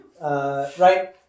Right